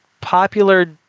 popular